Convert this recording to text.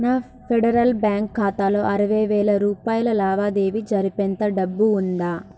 నా Federal Bank ఖాతాలో అరవై వేల రూపాయల లావాదేవీ జరిపేంత డబ్బు ఉందా